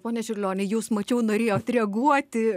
pone čiurlioni jus mačiau norėjot reaguoti